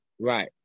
Right